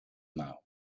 mouw